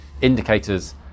indicators